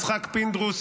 יצחק פינדרוס,